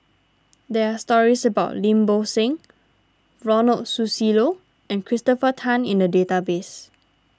there are stories about Lim Bo Seng Ronald Susilo and Christopher Tan in the database